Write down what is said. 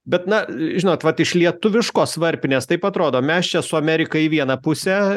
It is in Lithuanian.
bet na žinot vat iš lietuviškos varpinės taip atrodo mes čia su amerika į vieną pusę